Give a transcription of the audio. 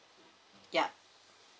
yup